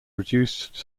reduced